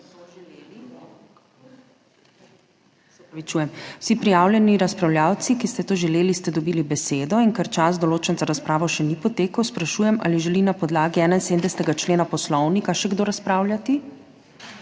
Vsi prijavljeni razpravljavci, ki ste to želeli, ste dobili besedo. Ker čas, določen za razpravo, še ni potekel, sprašujem, ali želi na podlagi 71. člena Poslovnika še kdo razpravljati.